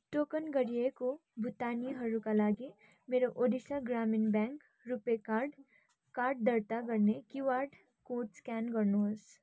token गरिएको भुक्तानीहरूका लागि मेरो Odisha Gramin bank RuPay card card दर्ता गर्न क्युआर कोड स्क्यान गर्नुहोस्